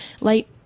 light